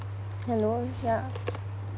hello ya